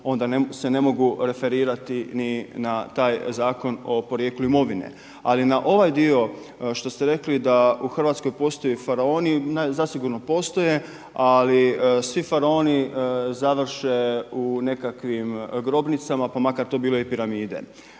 onda se ne mogu referirati ni na taj Zakon o porijeklu imovine. Ali na ovaj dio što ste rekli da u Hrvatskoj postoje faraoni, zasigurno postoje, ali svi faraoni završe u nekakvim grobnicama pa makar to bile i piramide.